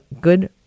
Good